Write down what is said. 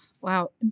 Wow